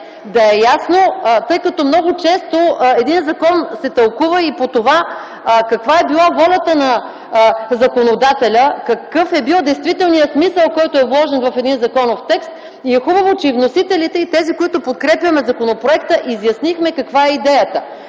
да е ясен, тъй като много често един закон се тълкува и по това каква е била волята на законодателя, какъв е бил действителният смисъл, вложен в един законов текст. Хубаво е, че и вносителите, и тези, които подкрепяме законопроекта, изяснихме каква е идеята.